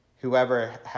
Whoever